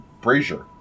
brazier